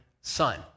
son